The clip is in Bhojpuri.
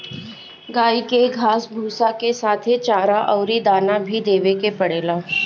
गाई के घास भूसा के साथे चारा अउरी दाना भी देवे के पड़ेला